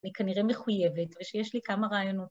היא כנראה מחויבת ושיש לי כמה רעיונות.